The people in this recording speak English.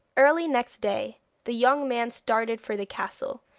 early next day the young man started for the castle,